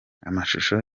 amashusho